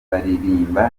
baririmba